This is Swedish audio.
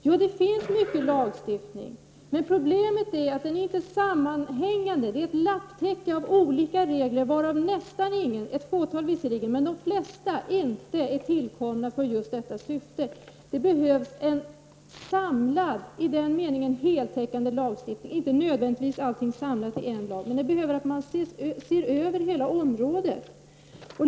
Ja, det finns många lagar, men problemet är att de inte är sammanhängande, utan att det är ett lapptäcke av olika regler, varav de flesta inte är tillkomna i just detta syfte. Det behövs en samlad, heltäckande lagstiftning, men inte nödvändigtvis en enda lag. Hela området måste ses över.